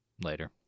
later